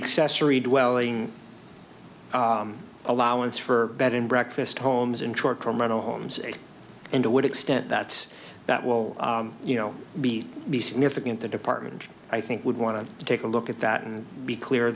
excess read welling allowance for bed and breakfast homes in short term mental homes and to what extent that that will you know be significant the department i think would want to take a look at that and be clear